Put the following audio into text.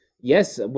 yes